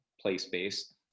place-based